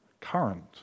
current